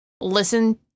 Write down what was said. listen